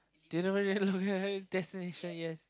didn't really look at destination yes